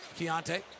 Keontae